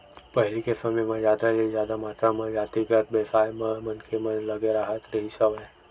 पहिली के समे म जादा ले जादा मातरा म जातिगत बेवसाय म मनखे मन लगे राहत रिहिस हवय